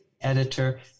editor